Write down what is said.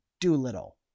Doolittle